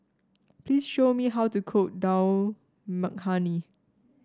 please show me how to cook Dal Makhani